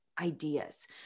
ideas